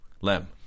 Lem